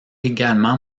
également